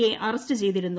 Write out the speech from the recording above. A arrest ചെയ്തിരുന്നു